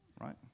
right